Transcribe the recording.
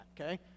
Okay